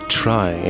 try